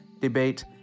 debate